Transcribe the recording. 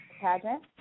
Pageant